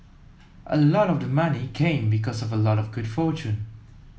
a lot of the money came because of a lot of good fortune